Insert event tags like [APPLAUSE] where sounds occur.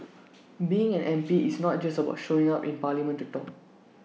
[NOISE] being an M P is not just about showing up in parliament to talk